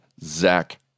Zach